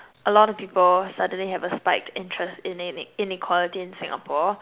a lot of people suddenly have a spiked interest in inequality in Singapore